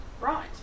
Right